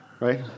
right